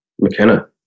McKenna